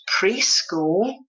preschool